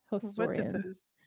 historians